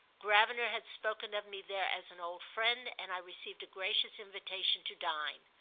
gravener had spoken of me there as an old friend, and i received a gracious invitation to dine.